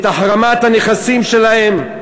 את החרמת הנכסים שלהם,